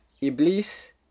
Iblis